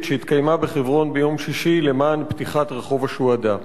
שהתקיימה בחברון ביום שישי למען פתיחת רחוב השוהדא.